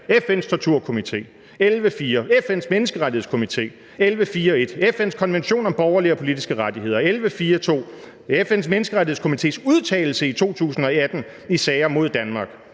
mod Danmark. 11.4: FN's Menneskerettighedskomité. 11.4.1: FN's konvention om borgerlige og politiske rettigheder. 11.4.2: FN's Menneskerettighedskomités udtalelse i 2018 i sager mod Danmark.